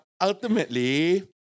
Ultimately